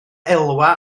elwa